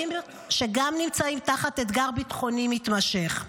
אזורים שגם נמצאים תחת אתגר ביטחוני מתמשך.